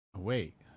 wait